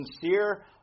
sincere